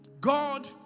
God